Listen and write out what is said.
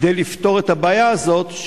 כדי לפתור את הבעיה הזאת,